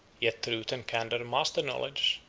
yet truth and candor must acknowledge,